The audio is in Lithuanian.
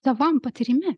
savam patyrime